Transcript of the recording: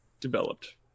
developed